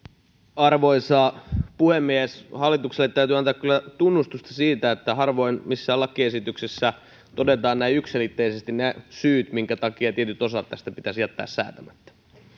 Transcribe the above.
arvoisa puhemies hallitukselle täytyy antaa kyllä tunnustusta siitä että harvoin missään lakiesityksessä todetaan näin yksiselitteisesti ne syyt minkä takia tietyt osat tästä pitäisi jättää säätämättä